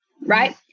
right